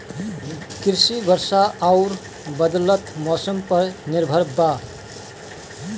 कृषि वर्षा आउर बदलत मौसम पर निर्भर बा